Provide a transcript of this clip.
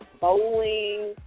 bowling